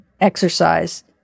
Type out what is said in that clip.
exercise